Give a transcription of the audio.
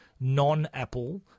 non-Apple